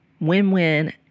win-win